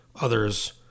others